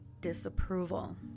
disapproval